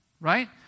right